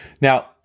Now